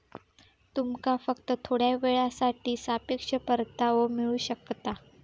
तुमका फक्त थोड्या येळेसाठी सापेक्ष परतावो मिळू शकता